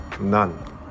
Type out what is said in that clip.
None